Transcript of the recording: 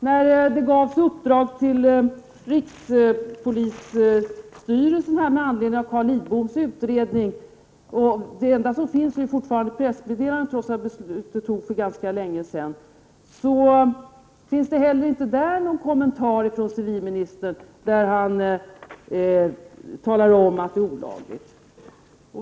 När uppdrag gavs till rikspolisstyrelsen med anledning av Carl Lidboms utredning — det enda dokument som finns är fortfarande pressmeddelandet, trots att beslutet fattades för ganska länge sedan — fanns det inte heller någon kommentar från civilministern i vilken han talade om att det är olagligt.